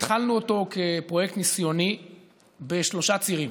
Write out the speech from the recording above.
התחלנו כפרויקט ניסיוני בשלושה צירים.